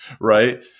Right